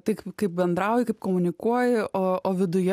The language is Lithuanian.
tai kaip bendrauji kaip komunikuoji o o viduje